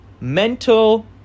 mental